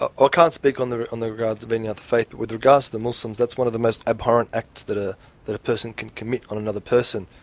ah ah can't speak on the on the regards of any other faith, but with regards to the muslims that's one of the most abhorrent acts that ah a person can commit on another person.